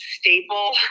staple